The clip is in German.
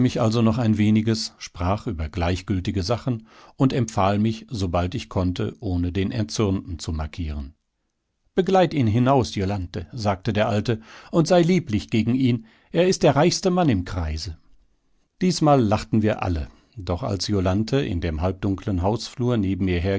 also noch ein weniges sprach über gleichgültige sachen und empfahl mich sobald ich konnte ohne den erzürnten zu markieren begleit ihn hinaus jolanthe sagte der alte und sei lieblich gegen ihn er ist der reichste mann im kreise diesmal lachten wir alle doch als jolanthe in dem halbdunkeln hausflur neben mir